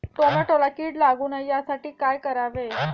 टोमॅटोला कीड लागू नये यासाठी काय करावे?